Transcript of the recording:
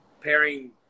pairing